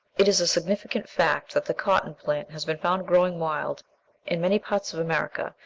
it is a significant fact that the cotton-plant has been found growing wild in many parts of america,